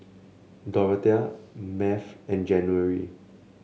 Dorathea Math and January